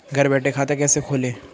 घर बैठे खाता कैसे खोलें?